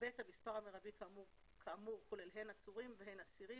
המספר המרבי כאמור כולל הן עצורים והן אסירים,